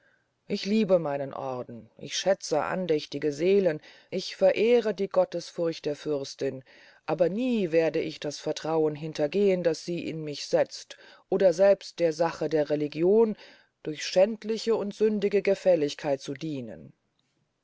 ich liebe meinen orden ich schätze andächtige seelen ich verehre die gottesfurcht der fürstin aber nie werde ich das vertrauen hintergehen daß sie in mich setzt oder selbst der sache der religion durch schändliche und sündige gefälligkeit dienen